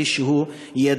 כביש שהוא ידוע,